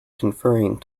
conferring